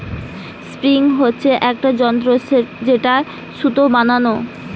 spinning হচ্ছে একটা যন্ত্র যেটায় সুতো বানাই